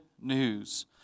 news